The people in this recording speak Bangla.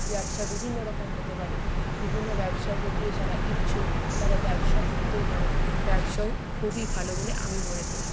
ব্যবসা বিভিন্ন রকম হতে পারে বিভিন্ন ব্যবসার প্রতিও যারা ইচ্ছুক তারা ব্যবসা করতেও পারে ব্যবসাও খুবই ভালো বলে আমি মনে করি